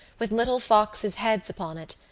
with little foxes' heads upon it,